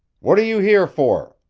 what are you here for?